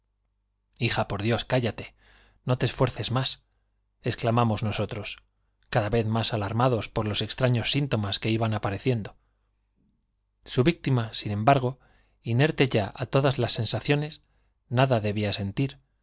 más por dios cállate te hija no exclamamos nosotros cada vez más alarmados iban apareciendo su por los extraños síntomas que á todas las víctima sin embargo inerte ya sensaciones nada debía sentir